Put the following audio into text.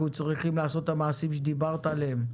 צריכים לעשות את המעשים שדיברת עליהם,